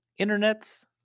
internets